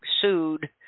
sued